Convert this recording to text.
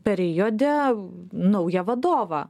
periode naują vadovą